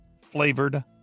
flavored